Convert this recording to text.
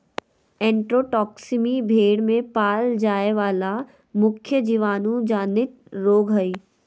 enterotoxaemia भेड़ में पाल जाय वला मुख्य जीवाणु जनित रोग हइ